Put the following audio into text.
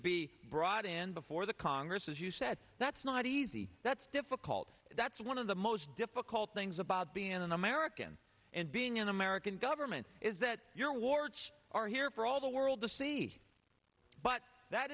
be brought in before the congress as you said that's not easy that's difficult that's one of the most difficult things about being an american and being an american government is that your warts are here for all the world to see but that